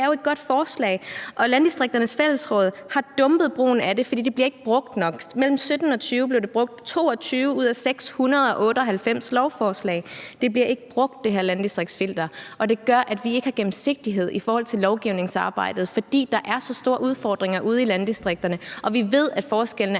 her er jo et godt forslag. Landdistrikternes Fællesråd har dumpet det, fordi det ikke bliver brugt nok. Imellem 2017 og 2020 blev det brugt i 22 ud af 698 lovforslag. Det her landdistriktsfilter bliver ikke brugt, og det gør, at vi ikke har gennemsigtighed i lovgivningsarbejdet, fordi der er så store udfordringer ude i landdistrikterne. Vi ved, at forskellene